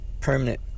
permanent